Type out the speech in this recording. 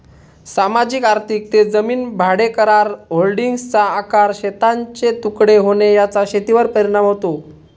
सामाजिक आर्थिक ते जमीन भाडेकरार, होल्डिंग्सचा आकार, शेतांचे तुकडे होणे याचा शेतीवर परिणाम होतो